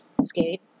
skate